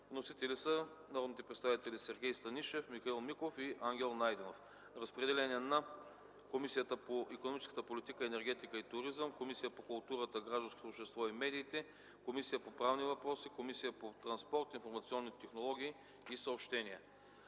Вносители са народните представители Сергей Станишев, Михаил Миков и Ангел Найденов. Разпределен е на Комисията по икономическата политика, енергетика и туризъм, Комисията по културата, гражданското общество и медиите, Комисията по правни въпроси и Комисията по транспорт, информационни технологии и съобщения.